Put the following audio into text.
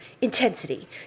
Intensity